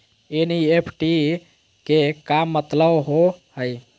NEFT के का मतलव होव हई?